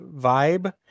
vibe